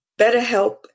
BetterHelp